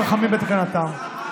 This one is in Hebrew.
אז מה הועילו חכמים בתקנתם?